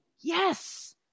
Yes